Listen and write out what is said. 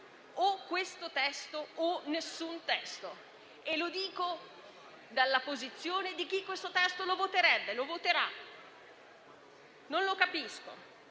«o questo testo o nessun testo». Lo dico dalla posizione di chi questo testo lo voterebbe e lo voterà.